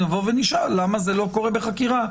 נשאל למה זה לא קורה בעבירה,